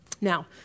Now